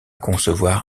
concevoir